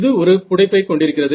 இது ஒரு புடைப்பை கொண்டிருக்கிறது